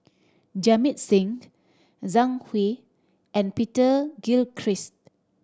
Jamit Singh Zhang Hui and Peter Gilchrist